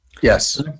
Yes